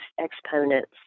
exponents